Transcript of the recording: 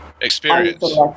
experience